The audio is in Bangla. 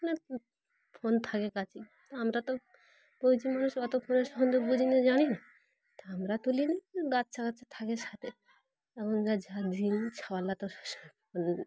মানে ফোন থাকে কাছে আমরা তো মানুষ অত ফোনের সম্বন্ধে বুঝিনি জানি না তা আমরা তুলিনি বাচ্চা গচ্চা থাকে সাথে এখন যা যা দিন ছওয়ালা তো